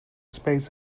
space